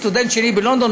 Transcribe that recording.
סטודנט שני בלונדון,